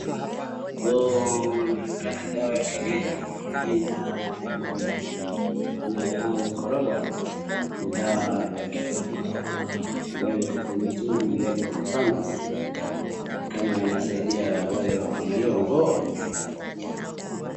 Huu unaonekana ni dawa ya kienyeji, aina ya maji maana jamaa amekoroga ni dawa ya kifafa imewekwa kwa mitungi ya lita tano ni kama inasaidia wale wako na hiyo ugonjwa.